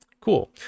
cool